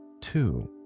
two